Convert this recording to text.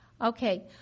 Okay